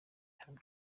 hano